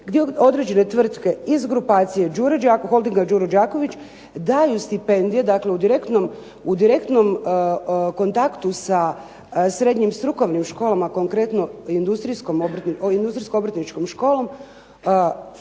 gdje određene tvrtke iz grupacije Holdinga Đuro Đaković daju stipendije, dakle u direktnom kontaktu sa srednjim strukovnim školama konkretno Industrijsko-obrtničkom školom,